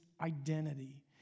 identity